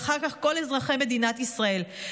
ואחר כך כל אזרחי מדינת ישראל,